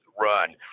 run